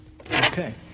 Okay